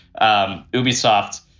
Ubisoft